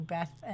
Beth